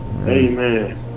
Amen